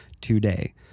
today